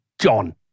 John